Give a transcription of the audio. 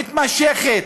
מתמשכת,